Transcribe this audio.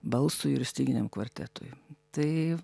balsui ir styginiam kvartetui tai